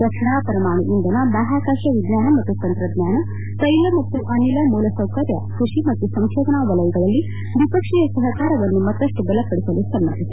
ರಕ್ಷಣಾ ಪರಮಾಣು ಇಂಧನ ಬಾಹ್ಕಾಕಾಶ ವಿಜ್ಞಾನ ಮತ್ತು ತಯ್ರಜ್ಞಾನ ತೈಲ ಮತ್ತು ಅನಿಲ ಮೂಲಸೌಕರ್ಯ ಕೃಷಿ ಮತ್ತು ಸಂಕೋಧನಾ ವಲಯಗಳಲ್ಲಿ ದ್ವಿಪಕ್ಷೀಯ ಸಹಾರವನ್ನು ಮತ್ತಪ್ಟು ಬಲಪಡಿಸಲು ಸಮ್ಮತಿಸಿವೆ